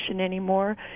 anymore